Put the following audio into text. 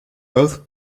both